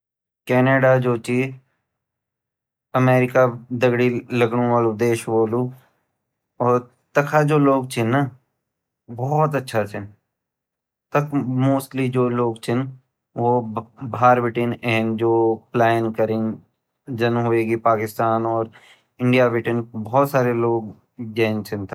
कनाडा जू ची अमेरिका दे लगंड वालू देश वोलु अर ताखा जू लोग छिन उ भोत अच्छा छिन तख मोस्टली जु लोग छिन वो भैर बटिन आया पलायन करि जन वेगि पाकिस्तान इंडिया बटिन भोत सारा लोग जायँ छिन।